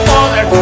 Father